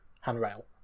handrail